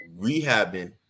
rehabbing